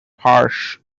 harsh